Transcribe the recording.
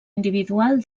individual